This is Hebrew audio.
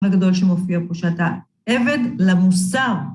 הגדול שמופיע פה שאתה עבד למוסר.